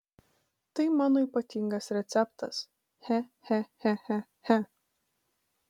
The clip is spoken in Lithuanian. tai mano ypatingas receptas che che che che che